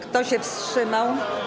Kto się wstrzymał?